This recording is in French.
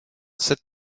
sept